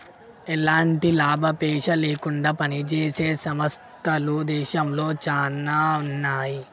ఎలాంటి లాభాపేక్ష లేకుండా పనిజేసే సంస్థలు దేశంలో చానా ఉన్నాయి